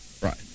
Right